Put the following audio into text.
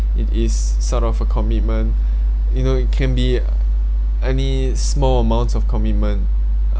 it is sort of a commitment you know it can be any small amount of commitment